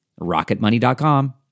rocketmoney.com